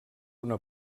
una